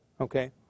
Okay